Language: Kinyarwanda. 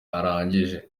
arangije